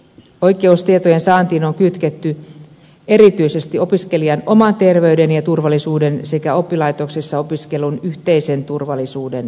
oikeus tietojensaantiin on kytketty erityisesti opiskelijan oman terveyden ja turvallisuuden sekä oppilaitoksessa opiskelun yhteisen turvallisuuden varmistamiseen